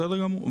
בסדר גמור.